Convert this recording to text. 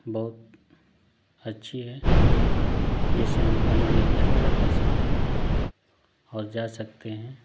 बहुत अच्छी है जैसे हम कहीं भी यात्रा कर सकते हैं और जा सकते हैं